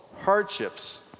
hardships